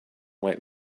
wait